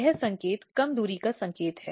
यह संकेत कम दूरी का संकेत है